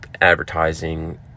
advertising